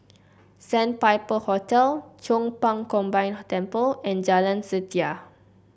Sandpiper Hotel Chong Pang Combined Temple and Jalan Setia